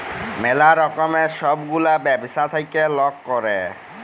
ম্যালা রকমের ছব গুলা ব্যবছা থ্যাইকে লক ক্যরে